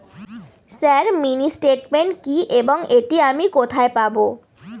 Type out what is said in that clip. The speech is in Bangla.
স্যার মিনি স্টেটমেন্ট কি এবং এটি আমি কোথায় পাবো?